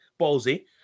Ballsy